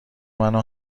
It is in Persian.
منو